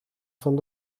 van